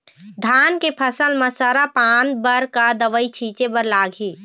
धान के फसल म सरा पान बर का दवई छीचे बर लागिही?